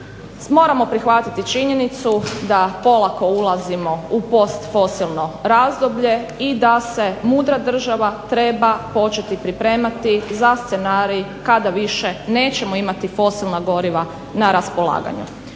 moramo prihvatiti činjenicu da polako ulazimo u postfosilno razdoblje i da se mudra država treba početi pripremati za scenarij kada više nećemo imati fosilna goriva na raspolaganju.